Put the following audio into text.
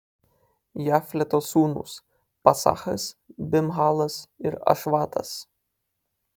jafleto sūnūs pasachas bimhalas ir ašvatas